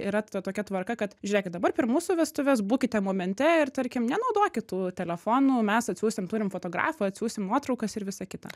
yra ta tokia tvarka kad žiūrėkit dabar per mūsų vestuves būkite momente ir tarkim nenaudokit tų telefonų mes atsiųsim turim fotografų atsiųsim nuotraukas ir visa kita